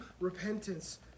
repentance